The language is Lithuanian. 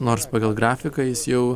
nors pagal grafiką jis jau